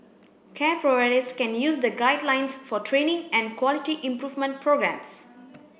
care providers can use the guidelines for training and quality improvement programmes